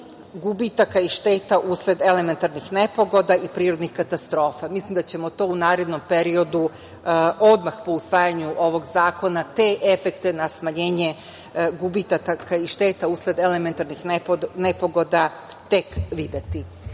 gubitaka i šteta usled elementarnih nepogoda i prirodnih katastrofa. Mislim da ćemo to u narednom periodu odmah po usvajanju ovog zakona te efekte na smanjenje gubitaka i šteta usled elementarnih nepogoda tek videti. Šta